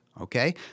Okay